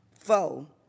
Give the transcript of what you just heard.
foe